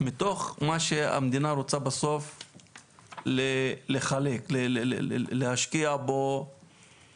מתוך מה שהמדינה רוצה בסוף לחלק, להשקיע בו